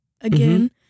again